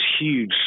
huge